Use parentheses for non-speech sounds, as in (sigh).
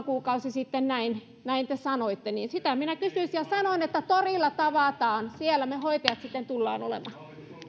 (unintelligible) kuukausi sitten näin näin te sanoitte sitä minä kysyisin ja sanon että torilla tavataan siellä me hoitajat sitten tulemme olemaan